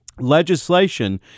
legislation